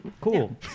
Cool